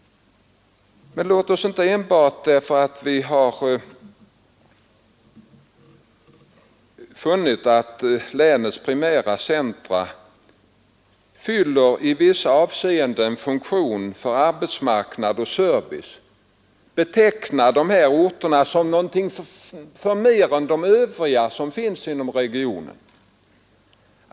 Men låt oss inte enbart därför att vi funnit att länets primära centra i vis avseenden fyller en funktion för arbetsmarknad och service beteckna dessa orter som någonting förmer än de övriga som finns inom regionen.